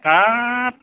हाब